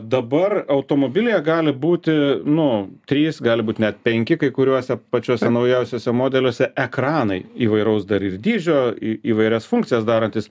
dabar automobilyje gali būti nu trys gali būt net penki kai kuriuose pačiuose naujausiuose modeliuose ekranai įvairaus dar ir dydžio įvairias funkcijas darantys